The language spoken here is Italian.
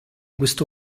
questo